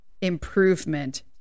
improvement